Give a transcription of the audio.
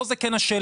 לא זה כן השאלה,